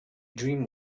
dream